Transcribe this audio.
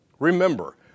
Remember